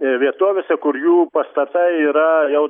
e vietovėse kur jų pastatai yra jau